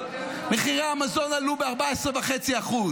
מחירי המזון עלו ב-14.5%.